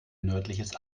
nördliches